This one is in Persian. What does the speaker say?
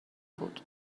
بود